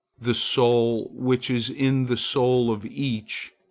the soul which is in the soul of each,